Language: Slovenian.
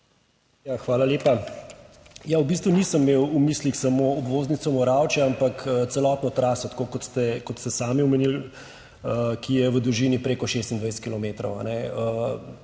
Hvala lepa. Ja, v bistvu nisem imel v mislih samo obvoznice Moravče, ampak celotno traso, tako kot ste sami omenili, ki je v dolžini preko 26